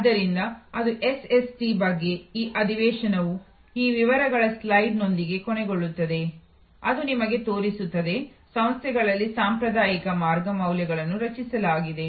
ಆದ್ದರಿಂದ ಅದು ಎಸ್ಎಸ್ಟಿ ಬಗ್ಗೆ ಈ ಅಧಿವೇಶನವು ಈ ವಿವರಗಳ ಸ್ಲೈಡ್ನೊಂದಿಗೆ ಕೊನೆಗೊಳ್ಳುತ್ತದೆ ಅದು ನಿಮಗೆ ತೋರಿಸುತ್ತದೆ ಸಂಸ್ಥೆಗಳಲ್ಲಿ ಸಾಂಪ್ರದಾಯಿಕ ಮಾರ್ಗ ಮೌಲ್ಯವನ್ನು ರಚಿಸಲಾಗಿದೆ